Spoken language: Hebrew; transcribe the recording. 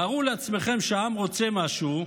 תארו לעצמכם שהעם רוצה משהו,